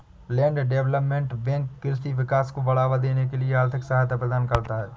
land development bank कृषि विकास को बढ़ावा देने के लिए आर्थिक सहायता प्रदान करता है